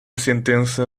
sentença